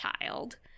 child